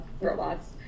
robots